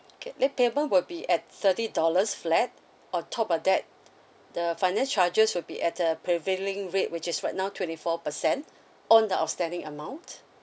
okay late payment will be at thirty dollars flat on top of that the finance charges will be at uh prevailing rate which is right now twenty four percent on the outstanding amount